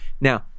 Now